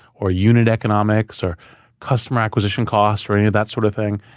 or unit economics, or customer acquisition cost, or any of that sort of thing?